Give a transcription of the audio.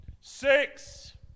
Six